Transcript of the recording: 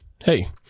Hey